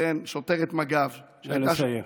שוטרת מג"ב, שהייתה, נא לסיים.